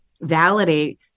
validate